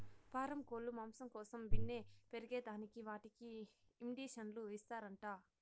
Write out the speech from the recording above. పారం కోల్లు మాంసం కోసం బిన్నే పెరగేదానికి వాటికి ఇండీసన్లు ఇస్తారంట